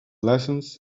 lessons